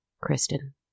Kristen